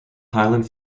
highland